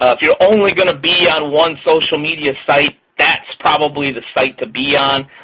ah if you're only going to be on one social media site, that's probably the site to be on,